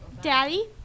Daddy